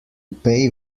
pay